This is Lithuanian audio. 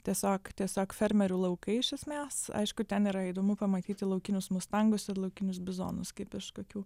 tiesiog tiesiog fermerių laukai iš esmės aišku ten yra įdomu pamatyti laukinius mustangus ir laukinius bizonus kaip iš kokių